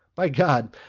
by god!